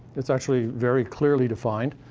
it's actually very clearly defined.